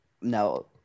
no